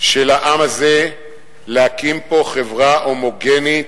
של העם הזה להקים פה חברה הומוגנית,